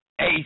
ace